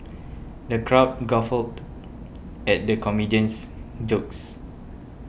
the crowd guffawed at the comedian's jokes